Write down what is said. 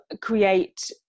create